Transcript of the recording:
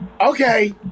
Okay